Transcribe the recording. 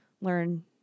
learn